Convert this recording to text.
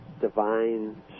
divine